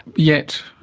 yet,